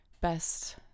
best